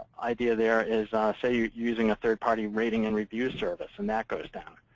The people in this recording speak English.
idea there is, say you're using a third-party rating and review service. and that goes down.